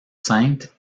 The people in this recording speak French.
sainte